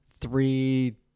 three